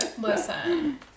Listen